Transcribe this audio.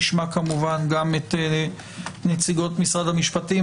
נשמע כמובן גם את נציגות משרד המשפטים